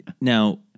Now